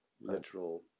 Literal